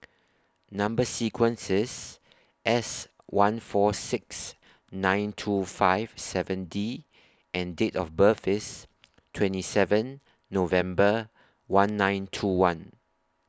Number sequence IS S one four six nine two five seven D and Date of birth IS twenty seven November one nine two one